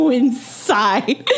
inside